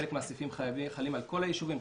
חלק מהסעיפים חלים על כל היישובים,